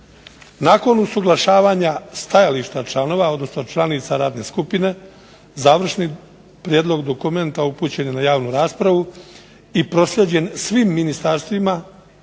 Nakon usuglašavanja stajališta članova odnosno članica radne skupine, završni prijedlog dokumenta upućen je u javnu raspravu i proslijeđen svim ministarstvima